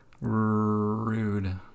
Rude